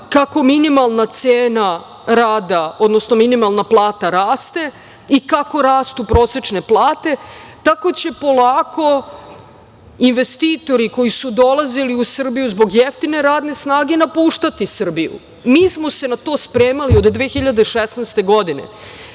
kako minimalna cena rada, odnosno minimalna plata raste i kako rastu prosečne plate, tako će polako investitori koji su dolazili u Srbiju zbog jeftine radne snage napuštati Srbiju. Mi smo se na to spremali od 2016. godine.